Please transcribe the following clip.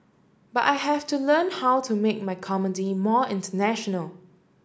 but I have to learn how to make my comedy more international